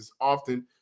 often